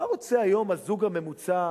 מה רוצה היום הזוג הממוצע,